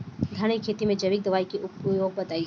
धान के खेती में जैविक दवाई के उपयोग बताइए?